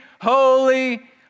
holy